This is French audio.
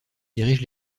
dirige